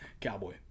Cowboy